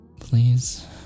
Please